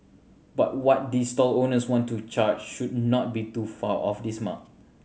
but what these stall owners want to charge should not be too far off this mark